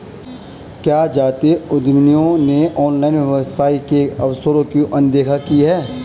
क्या जातीय उद्यमियों ने ऑनलाइन व्यवसाय के अवसरों की अनदेखी की है?